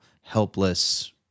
helpless